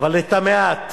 אבל את המעט